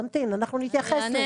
תמתין, אנחנו נתייחס לזה.